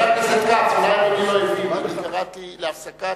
חבר הכנסת כץ, אולי אדוני לא הבין, קראתי להפסקת,